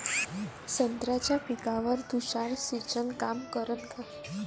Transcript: संत्र्याच्या पिकावर तुषार सिंचन काम करन का?